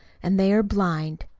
and they are blind.